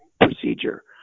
procedure